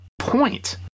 point